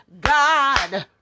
God